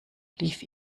lief